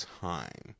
time